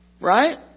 Right